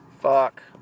Fuck